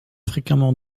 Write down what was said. fréquemment